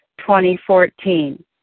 2014